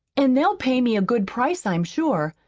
an' they'll pay me a good price, i'm sure.